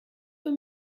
für